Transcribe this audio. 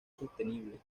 sostenible